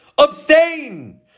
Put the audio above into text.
Abstain